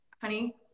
honey